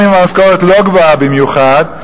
גם אם המשכורת לא גבוהה במיוחד,